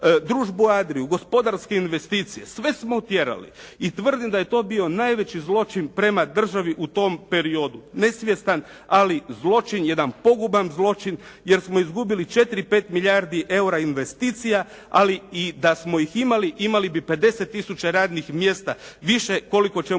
družbu Adriu, gospodarske investicije sve smo otjerali i tvrdim da je to bio najveći zločin prema državi u tom periodu. Nesvjestan ali zločin, jedan poguban zločin jer smo izgubili 4, 5 milijardi EUR-a investicija ali i da smo ih imali imali bi 50 tisuća radnih mjesta više, koliko ćemo